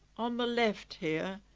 on the left here,